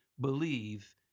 believe